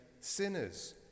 sinners